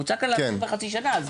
מוצע כאן לעצור בחצי שנה.